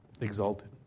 exalted